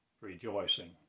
rejoicing